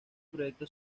proyecto